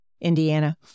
Indiana